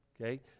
Okay